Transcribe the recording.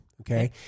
Okay